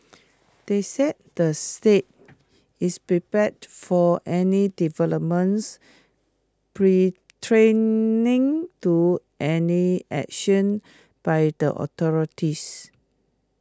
they said the site is prepared for any developments pre training to any action by the authorities